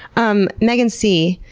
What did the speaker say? um meghan c.